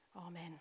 Amen